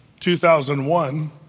2001